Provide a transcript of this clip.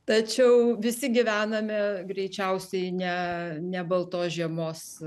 tačiau visi gyvename greičiausiai ne ne baltos žiemos